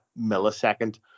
millisecond